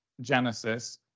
Genesis